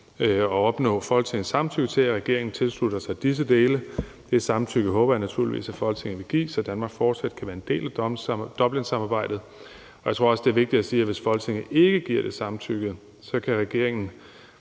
at opnå Folketingets samtykke til, at regeringen tilslutter sig disse dele. Det samtykke håber jeg naturligvis at Folketinget vil give, så Danmark fortsat kan være en del af Dublinsamarbejdet. Jeg tror også, det er vigtigt at sige, at hvis Folketinget ikke giver det samtykke til, at regeringen